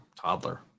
toddler